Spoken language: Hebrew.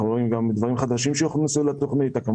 אנחנו רואים גם דברים חדשים שהוכנסו לתכנית כמו